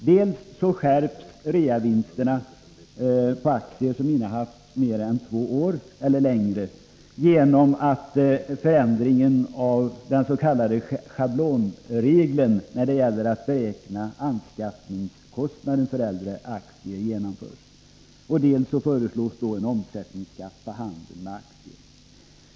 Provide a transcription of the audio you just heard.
Dels skärps reavinstbeskattningen på aktier som innehafts två år eller längre genom att förändringen av den s.k. schablonregeln när det gäller att beräkna anskaffningskostnaden för äldre aktier genomförs, dels föreslås en omsättningsskatt på handeln med aktier.